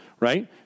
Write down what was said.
Right